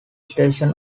station